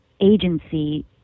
agency